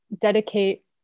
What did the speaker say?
dedicate